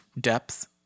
depth